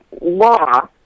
law